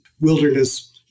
wilderness